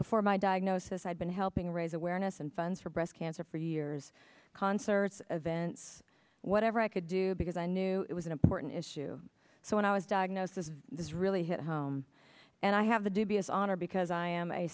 before my diagnosis i'd been helping raise awareness and funds for breast cancer for years concerts events whatever i could do because i knew it was an important issue so when i was diagnosed as this really hit home and i have the dubious honor because i am a